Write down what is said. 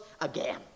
again